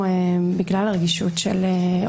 אם זה הרציונל, אז אין הצדקה.